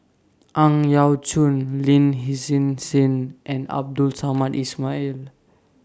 Ang Yau Choon Lin Hsin Hsin and Abdul Samad Ismail